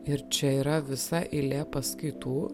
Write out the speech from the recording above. ir čia yra visa eilė paskaitų